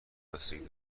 بستگی